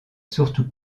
surtout